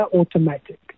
automatic